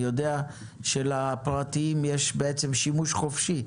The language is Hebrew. אני יודע שלפרטיים יש שימוש חופשי.